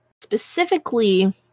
Specifically